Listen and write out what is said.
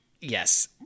Yes